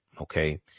Okay